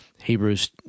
Hebrews